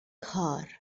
کار